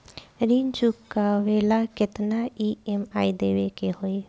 ऋण चुकावेला केतना ई.एम.आई देवेके होई?